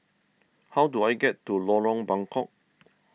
how do I get to Lorong Buangkok